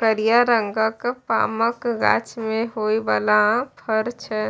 करिया रंगक पामक गाछ मे होइ बला फर छै